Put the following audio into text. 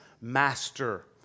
Master